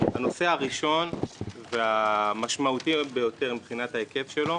הנושא הראשון והמשמעותי ביותר מבחינת ההיקף שלו